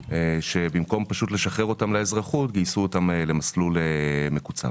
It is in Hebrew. שבמקום פשוט לשחרר אותם לאזרחות גייסו אותם למסלול מקוצר.